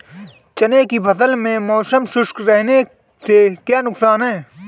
चने की फसल में मौसम शुष्क रहने से क्या नुकसान है?